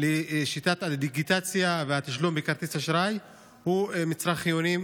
לשיטת הדיגיטציה והתשלום בכרטיס אשראי הוא מצרך חיוני,